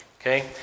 Okay